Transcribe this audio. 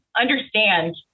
understand